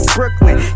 Brooklyn